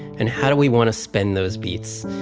and how do we want to spend those beats?